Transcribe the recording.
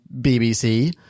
BBC